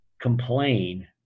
complain